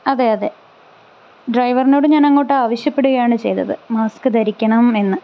അതെ അതെ ഡ്രൈവറിനോട് ഞാൻ അങ്ങോട്ട് ആവശ്യപ്പെടുകയാണ് ചെയ്തത് മാസ്ക് ധരിക്കണം എന്ന്